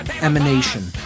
emanation